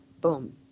boom